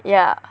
yeah